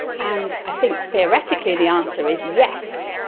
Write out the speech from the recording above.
and i think theoretically the answer is yes,